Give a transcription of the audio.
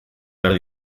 behar